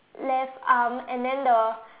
left arm and then the